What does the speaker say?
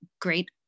great